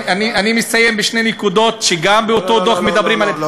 אני מסיים בשתי נקודות שגם באותו דוח מדברים עליהן,